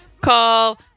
call